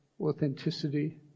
authenticity